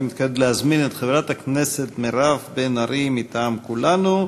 אני מתכבד להזמין את חברת הכנסת מירב בן ארי מטעם כולנו.